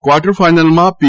quarter ફાઇનલમાં પી